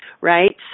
right